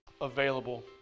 available